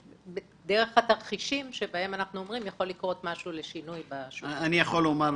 דרך התרחישים שבהם אנחנו אומרים שיכול לגרום משהו לשינוי בשוק הזה.